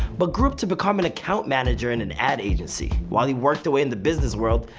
but grew up to become an account manager in an ad agency. while he worked away in the business world,